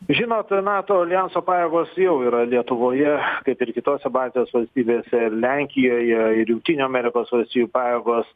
žinot nato aljanso pajėgos jau yra lietuvoje kaip ir kitose baltijos valstybėse ir lenkijoje ir jungtinių amerikos valstijų pajėgos